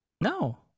No